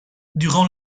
durant